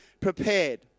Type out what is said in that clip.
prepared